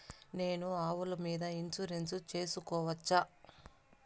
నేను ఆవుల మీద ఇన్సూరెన్సు సేసుకోవచ్చా?